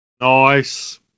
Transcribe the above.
Nice